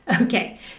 Okay